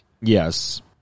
Yes